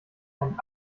einen